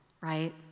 right